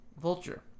vulture